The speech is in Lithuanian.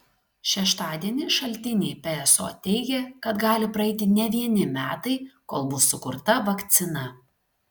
šeštadienį šaltiniai pso teigė kad gali praeiti ne vieni metai kol bus sukurta vakcina